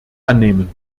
annehmen